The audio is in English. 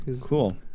Cool